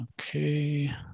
okay